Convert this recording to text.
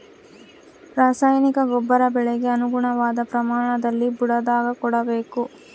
ರಾಸಾಯನಿಕ ಗೊಬ್ಬರ ಬೆಳೆಗೆ ಅನುಗುಣವಾದ ಪ್ರಮಾಣದಲ್ಲಿ ಬುಡದಾಗ ಕೊಡಬೇಕು